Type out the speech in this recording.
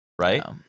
right